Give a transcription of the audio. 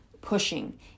pushing